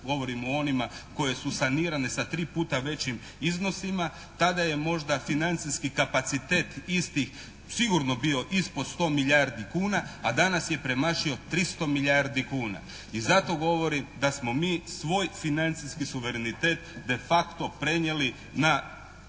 govorim o onima koje su sanirane sa tri puta većim iznosima. Tada je možda financijski kapacitet istih sigurno bio ispod 100 milijardi kuna, a danas je premašio 300 milijardi kuna. I zato govorim da smo mi svoj financijski suverenitet de facto prenijeli na